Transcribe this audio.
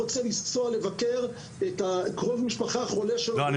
מורה שרוצה לנסוע לבקר קרוב משפחה חולה שלו בחו"ל לא יכול.